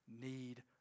need